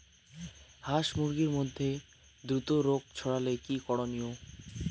হাস মুরগির মধ্যে দ্রুত রোগ ছড়ালে কি করণীয়?